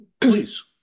please